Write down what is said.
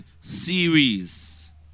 series